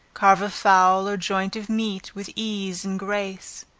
carve a fowl or joint of meat with ease and grace.